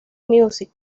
music